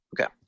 Okay